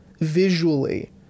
visually